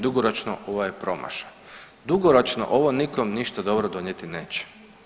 Dugoročno, ovo je promašaj, dugoročno, ovo nikom ništa dobro donijeti neće.